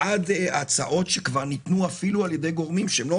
עד ההצעות שניתנו על ידי גורמים שלא